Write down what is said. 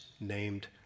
named